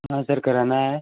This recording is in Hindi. हाँ सर कराना है